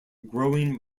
growing